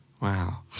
Wow